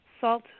Salt